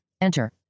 enter